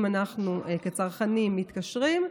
אם אנחנו כצרכנים מתקשרים,